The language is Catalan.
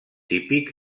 típic